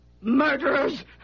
Murderers